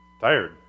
tired